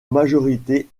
majorité